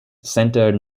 centred